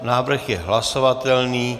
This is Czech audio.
Návrh je hlasovatelný.